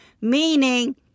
meaning